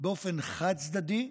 באופן חד-צדדי,